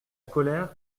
colère